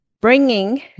bringing